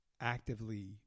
actively